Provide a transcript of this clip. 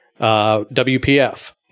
WPF